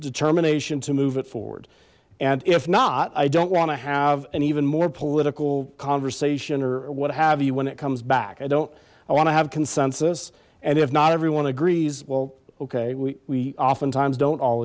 determination to move it forward and if not i don't want to have an even more political conversation or what have you when it comes back i don't i want to have consensus and if not everyone agrees well okay we oftentimes don't all